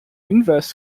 inverse